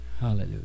Hallelujah